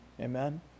Amen